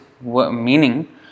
meaning